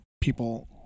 people